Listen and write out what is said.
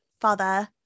father